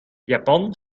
japan